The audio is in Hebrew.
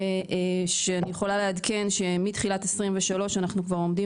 שאני יכולה לעדכן שמתחילת 2023 אנחנו כבר עומדים